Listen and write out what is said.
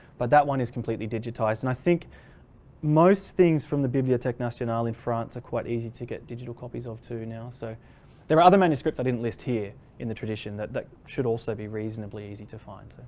but that one is completely digitized and i think most things from the bibliotheque nationale in france are quite easy to get digital copies of to now. so there are other manuscripts i didn't list here in the tradition that should also be reasonably easy to find.